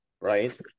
right